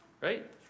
right